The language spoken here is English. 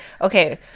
Okay